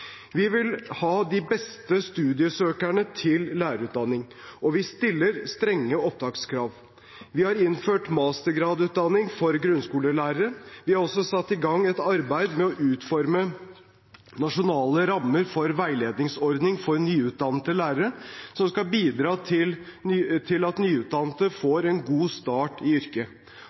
Vi vil ha de beste søkerne til lærerutdanningen, og vi stiller strenge opptakskrav. Vi har innført mastergradutdanning for grunnskolelærere. Vi har også satt i gang et arbeid med å utforme nasjonale rammer for en veiledningsordning for nyutdannede lærere, som skal bidra til at de får en god start i yrket.